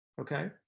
okay